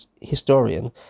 historian